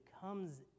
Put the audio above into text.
comes